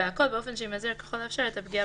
והכול באופן שימזער ככל האפשר את הפגיעה